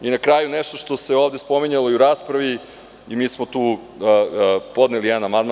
Na kraju nešto što se ovde spominjalo i u raspravi, mi smo tu podneli jedan amandman.